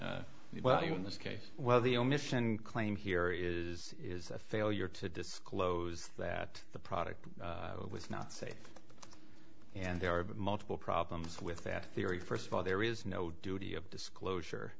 well in this case well the omission claim here is a failure to disclose that the product was not safe and there are multiple problems with that theory first of all there is no duty of disclosure